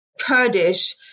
Kurdish